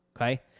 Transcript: okay